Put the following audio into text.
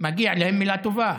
מגיעה להם מילה טובה,